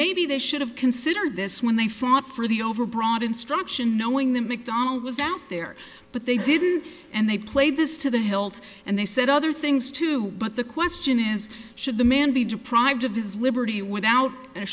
maybe they should have considered this when they fought for the overbroad instruction knowing that macdonald was out there but they didn't and they played this to the hilt and they said other things too but the question is should the man be deprived of his liberty without a